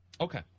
Okay